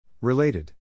Related